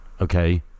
Okay